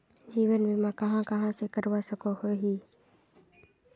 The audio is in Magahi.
जीवन बीमा कहाँ कहाँ से करवा सकोहो ही?